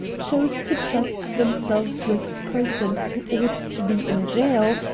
choose to trust themselves with persons who ought to be in jail,